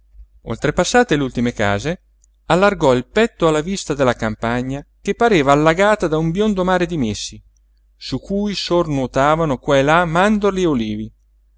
dei sonaglioli oltrepassate le ultime case allargò il petto alla vista della campagna che pareva allagata da un biondo mare di messi su cui sornuotavano qua e là mandorli e olivi